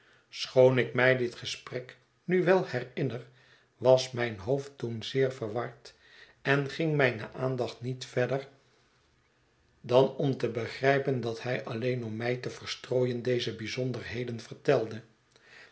schoon ik mij dit gesprek nu wel herinner was mijn hoofd toen zeer verward en ging mijne aandacht niet verder dan om te begrijpen dat hij alleen om mij te verstrooien deze bijzonderheden vertelde